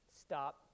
stop